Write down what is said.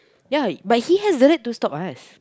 ya but he has the right to stop us